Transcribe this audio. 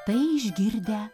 tai išgirdę